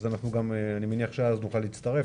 אז אני מניח שאז נוכל להצטרף.